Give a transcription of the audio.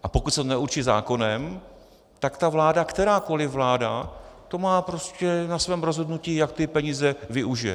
A pokud se to neurčí zákonem, tak ta vláda, kterákoliv vláda, to má prostě na svém rozhodnutí, jak ty peníze využije.